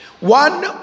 One